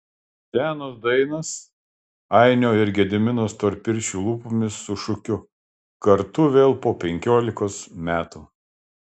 senos dainos ainio ir gedimino storpirščių lūpomis su šūkiu kartu vėl po penkiolikos metų